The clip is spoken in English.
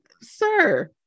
Sir